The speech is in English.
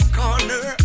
corner